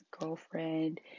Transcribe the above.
girlfriend